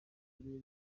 turere